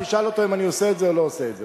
תשאל אותו אם אני עושה את זה או לא עושה את זה.